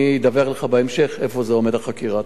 אני אדווח לך בהמשך, איפה זה עומד, החקירה.